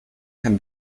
can